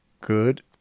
Good